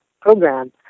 program